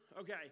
Okay